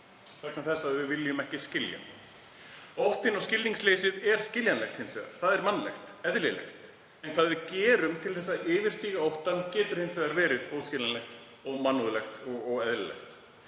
vegna þess að við viljum ekki skilja. Óttinn og skilningsleysið er skiljanlegt, það er mannlegt, eðlilegt. En hvað við gerum til að yfirstíga óttann getur hins vegar verið óskiljanlegt, ómannúðlegt og óeðlilegt.